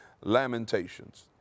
Lamentations